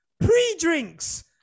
Pre-drinks